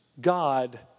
God